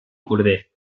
corder